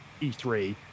e3